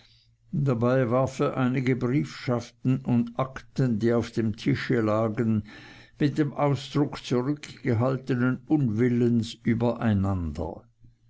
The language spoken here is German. dabei warf er einige briefschaften und akten die auf dem tisch lagen mit dem ausdruck zurückgehaltenen unwillens übereinander